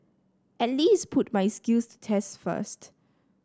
at least put my skills to test first